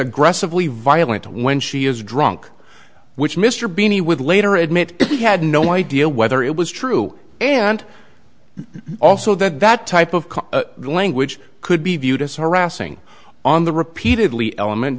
aggressively violent when she is drunk which mr binnie would later admit if he had no idea whether it was true and also that that type of language could be viewed as harassing on the repeatedly element